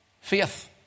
Faith